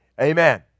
Amen